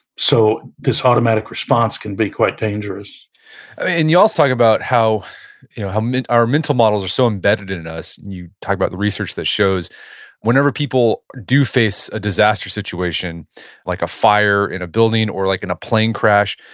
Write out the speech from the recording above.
so this automatic response can be quite dangerous and you also talk about how you know how um our mental models are so embedded in in us. you talk about the research that shows whenever people do face a disastrous situation like a fire in a building or like in a plane crash,